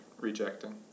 rejecting